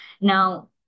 Now